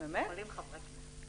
יכולים חברי כנסת.